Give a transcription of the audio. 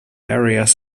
areas